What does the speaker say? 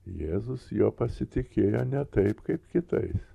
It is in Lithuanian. jėzus juo pasitikėjo ne taip kaip kitais